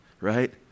right